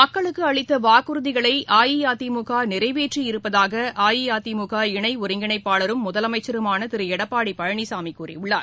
மக்களுக்கு அளித்த வாக்குறதிகளை அஇஅதிமுக அரசு நிறைவேற்றியிருப்பதாக அஇஅதிமுக இணை ஒருங்கிணைப்பாளரும் முதலமைச்சருமான திரு எடப்பாடி பழனிளமி கூறியுள்ளார்